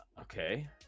Okay